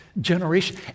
Generation